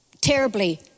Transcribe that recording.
terribly